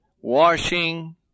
washing